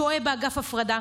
הוא שוהה באגף הפרדה,